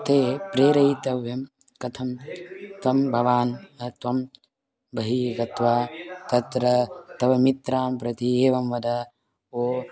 ते प्रेरयितव्यं कथं तं भवान् त्वं बहिः गत्वा तत्र तव मित्रान् प्रति एवं वद ओ